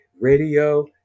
radio